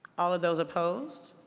all of those opposed?